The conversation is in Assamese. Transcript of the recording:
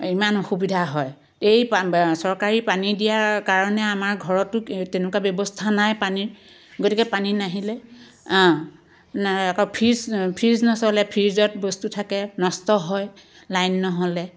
ইমান অসুবিধা হয় এই পা চৰকাৰী পানী দিয়া কাৰণে আমাৰ ঘৰতো তেনেকুৱা ব্যৱস্থা নাই পানীৰ গতিকে পানী নাহিলে না আকৌ ফ্ৰিজ ফ্ৰিজ নহ'লে ফ্ৰিজত বস্তু থাকে নষ্ট হয় লাইন নহ'লে